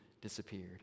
disappeared